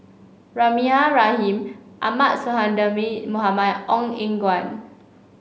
Rahimah Rahim Ahmad Sonhadji Mohamad Ong Eng Guan